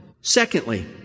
Secondly